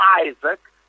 Isaac